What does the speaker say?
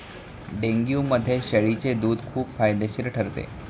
डेंग्यूमध्ये शेळीचे दूध खूप फायदेशीर ठरते